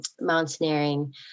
mountaineering